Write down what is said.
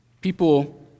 People